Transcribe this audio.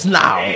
now